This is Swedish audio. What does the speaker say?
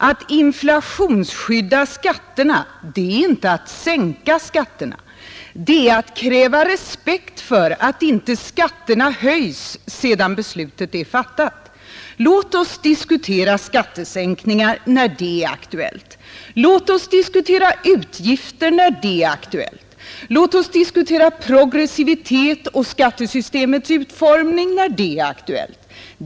Att inflationsskydda skatterna är inte att sänka skatterna — det är att kräva respekt för att inte skatterna höjs sedan beslutet är fattat. Låt oss diskutera skattesänkningar när det är aktuellt. Låt oss diskutera utgifter när det är aktuellt. Låt oss diskutera progressivitet och skattesystemets utformning när det är aktuellt.